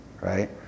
right